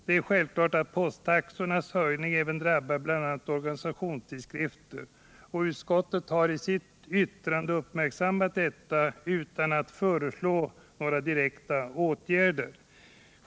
Det är självklart att posttaxornas höjning även drabbar bl.a. organisationstidskrifter. Utskottet har i sitt yttrande uppmärksammat detta utan att föreslå direkta åtgärder.